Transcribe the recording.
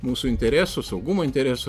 mūsų interesų saugumo interesų